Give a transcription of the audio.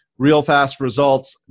realfastresults